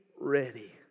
ready